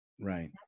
Right